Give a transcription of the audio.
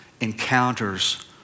encounters